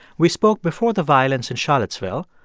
we spoke before the violence in charlottesville,